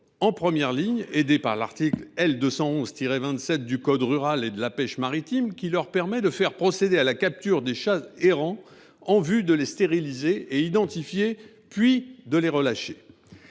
en première ligne, aidés par l’article L. 211 27 du code rural et de la pêche maritime, qui leur permet de faire procéder à la capture des chats errants, en vue de les stériliser et identifier, puis de les relâcher.